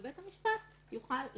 ובית המשפט יוכל להיעתר.